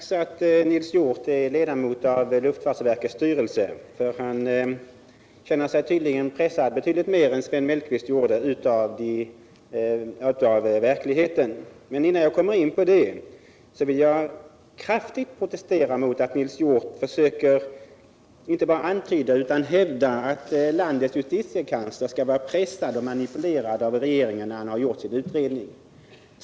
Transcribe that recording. Herr talman! Det märks att Nils Hjorth är ledamot av luftfartsverkets styrelse; han känner sig tydligen betydligt mer pressad av verkligheten än Sven Mellqvist gjorde. Jag vill kraftigt protestera mot att Nils Hjorth hävdade att landets justitiekansler skulle ha varit pressad och manipulerad av regeringen när han gjorde sin utredning.